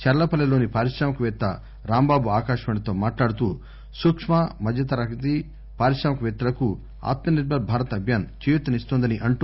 చర్లపల్లి లోని పారిశ్రామిక వేత్త రాంబాబు ఆకాశవాణితో మాట్లాడుతూ సూక్కు మధ్యతరగతి పారిశ్రామికవేత్తలకు ఆత్మ నిర్బర భారత్ అభియాన్ చేయూత నిచ్చిందని అంటూ